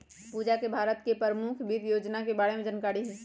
पूजा के भारत के परमुख वित योजना के बारे में जानकारी हई